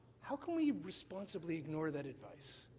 how can we responsibly ignore that advice?